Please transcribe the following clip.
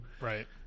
Right